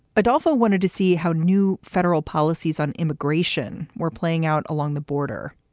adolpho wanted to see how new federal policies on immigration were playing out along the border.